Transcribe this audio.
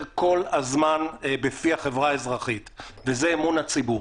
כל הזמן בפי החברה האזרחית וזה אמון הציבור.